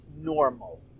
normal